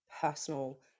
personal